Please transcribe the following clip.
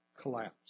collapse